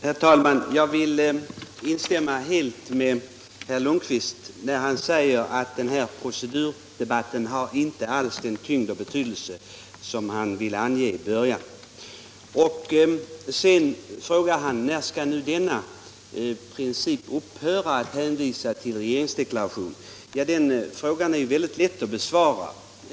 Herr talman! Jag vill instämma helt med herr Lundkvist när han säger att denna procedurdebatt inte alls har den tyngd och betydelse som han ville ange i början. Han frågar när principen att hänvisa till regeringsdeklarationen skall upphöra. Den frågan är lätt att besvara.